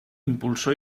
impulsó